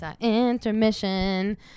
intermission